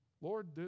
Lord